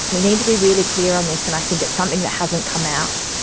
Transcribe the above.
we need to be really clear on this, and i think it's something that hasn't come out,